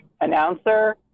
announcer